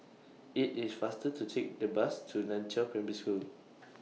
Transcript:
IT IS faster to Take The Bus to NAN Chiau Primary School